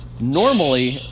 Normally